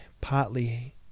partly